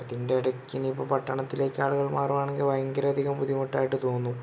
അതിൻ്റെ ഇടയ്ക്ക് ഇനി ഇപ്പോൾ പട്ടണത്തിലേക്ക് ആളുകൾ മാറുവാണെങ്കിൽ ഭയങ്കര അധികം ബുദ്ധിമുട്ടായിട്ട് തോന്നും